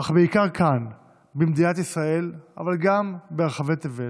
בעיקר כאן במדינת ישראל, אבל גם ברחבי תבל,